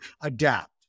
adapt